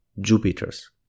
Jupiters